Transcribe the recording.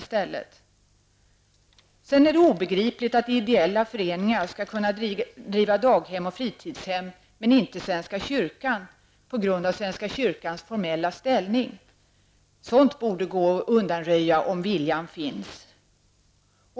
Det är obegripligt att ideella föreningar skall kunna driva daghem och fritidshem men inte svenska kyrkan, detta på grund av svenska kyrkans formella ställning. Sådant borde gå att undanröja om viljan finns.